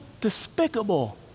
despicable